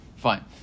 Fine